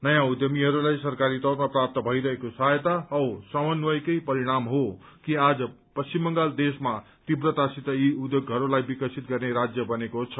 नयाँ उद्यमीहरूलाई सरकारी तौरमा प्राप्त भइरहेको सहायता औ समन्वयकै परिणाम हो कि आज पश्चिम बंगाल देशमा तीव्रतासित यी उयोगहरूलाई विकसित गर्ने राज्य बनेको छ